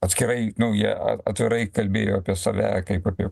atskirai nu jie atvirai kalbėjo apie save kaip apie